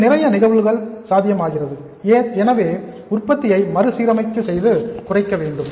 இது நிறைய நிகழ்வுகள் சாத்தியமாகிறது எனவே உற்பத்தியை மறுசீரமைப்பு செய்து குறைக்க வேண்டும்